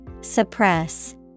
Suppress